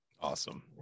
awesome